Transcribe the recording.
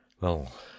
Well